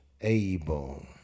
able